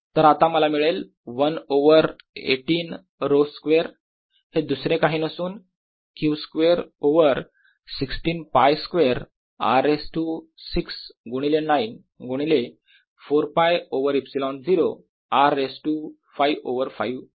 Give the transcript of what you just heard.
तर आता मला मिळेल 1 ओवर 18 ρ स्क्वेअर हे दुसरे काही नसून Q square over 16 ㄫ square R raise to 6 गुणिले 9 गुणिले 4ㄫओवर ε0 - R रेज टू 5 ओवर 5